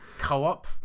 Co-op